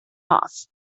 off